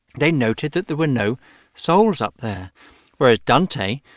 they noted that there were no souls up there whereas dante,